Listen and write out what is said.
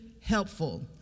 helpful